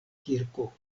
kirko